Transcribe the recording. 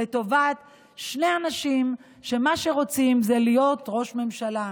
לטובת שני אנשים שמה שהם רוצים זה להיות ראש ממשלה.